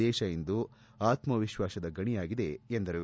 ದೇಶ ಇಂದು ಆತ್ಮಾವಿಶ್ವಾಸದ ಗಣಿಯಾಗಿದೆ ಎಂದರು